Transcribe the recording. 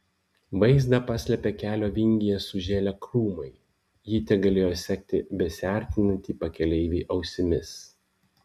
vaizdą paslėpė kelio vingyje sužėlę krūmai ji tegalėjo sekti besiartinantį pakeleivį ausimis